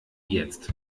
jetzt